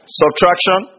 subtraction